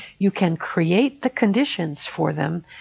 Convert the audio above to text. you can create the conditions for them.